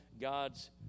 God's